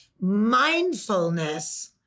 mindfulness